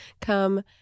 come